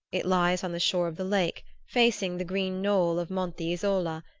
it lies on the shore of the lake, facing the green knoll of monte isola,